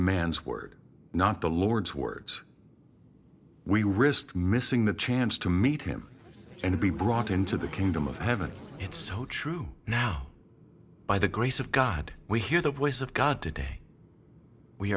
man's word not the lord's words we risk missing the chance to meet him and to be brought into the kingdom of heaven it's so true now by the grace of god we hear the voice of god today we